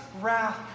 wrath